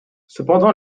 cependant